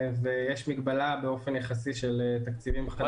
ויש מגבלה באופן יחסי של תקציבים חדשים.